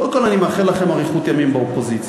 קודם כול, אני מאחל לכם אריכות ימים באופוזיציה.